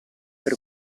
per